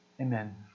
Amen